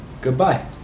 goodbye